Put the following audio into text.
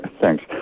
Thanks